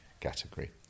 category